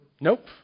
Nope